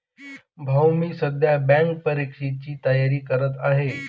भाऊ मी सध्या बँक परीक्षेची तयारी करत आहे